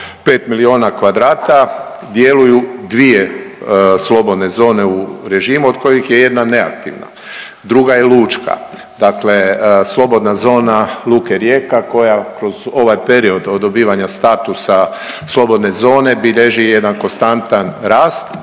5 miliona kvadrata djeluju dvije slobodne zone u režimu od kojih je jedna neaktivna. Druga je lučka. Dakle, slobodna zona luke Rijeka koja kroz ovaj period od dobivanja statusa slobodne zone bilježi jedan konstantan rast